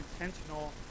intentional